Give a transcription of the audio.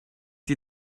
die